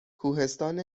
کوهستان